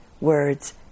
words